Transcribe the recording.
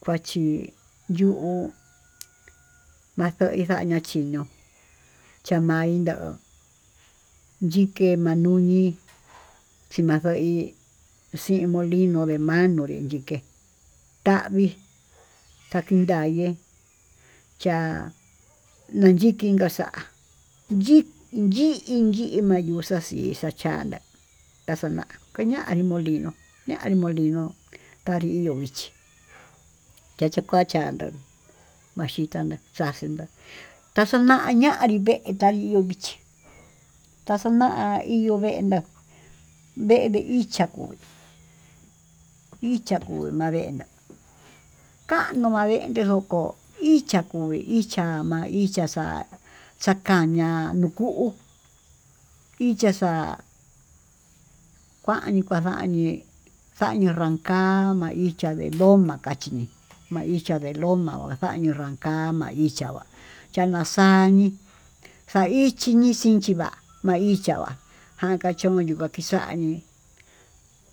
Kuachí yu'ú nakoinaña chí ño'o chano'i no'o yikii mañukí, chinandoí xhín molino de mano yiké tavii tavinrayí ya'á nanyiki ngaxa'a yí hi innguí mayuxa'a, xíi xachandá kaxana kañaní molino kandiyochí chacha kuachandó manguitana xaxína taxana yanrí vee tayii yo'ó ichí taxana ihó ne'e ná ndevii ichá ko'ó ichakó anréna'á kanuu mandene ngokó, icha'a kuí icha'a ma'á ichá xa'á xakaña kuu icha xa'á kuani kuaxañí xañuu nranka'a ma'á ichá nde gomá kachín ma'a ichá nde lomá maxañii ranka'a ma'í ichá va'á cha'a ñaxañi xa'a ichiñi xinchí va'á maichá va'á njankachuni makixañí,